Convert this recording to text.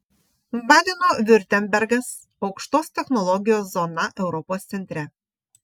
badeno viurtembergas aukštos technologijos zona europos centre